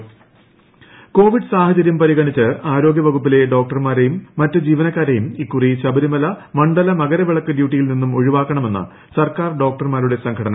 Sabarimala doctor Covid സാഹചര്യം പരിഗണിച്ച് ആരോഗ്യ വകുപ്പിലെ ഡോക്ടർമാരെയും മറ്റ് ജീവനക്കാരെയും ഇക്കുറി ശബരിമല മണ്ഡല മകരവിളക്ക് ഡ്യൂട്ടിയിൽ നിന്ന് ഒഴിവാക്കണമെന്ന് സർക്കാർ ഡോക്ടർമാരുടെ സംഘടന